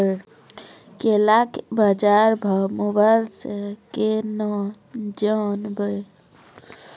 केला के बाजार भाव मोबाइल से के ना जान ब?